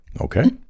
Okay